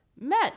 met